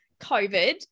COVID